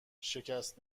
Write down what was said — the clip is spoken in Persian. شکست